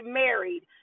married